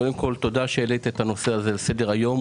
קודם כל תודה שהעלית את הנושא הזה לסדר-היום,